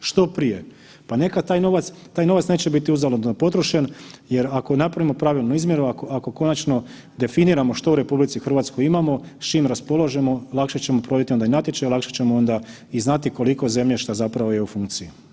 Što prije, pa neka taj novac, taj novac neće biti uzaludno potrošen jer ako napravimo pravilnu izmjeru, ako konačno definiramo što u RH imamo, s čime raspolažemo, lakše ćemo provoditi onda i natječaj, lakše ćemo onda i znati koliko zemljišta zapravo je u funkciji.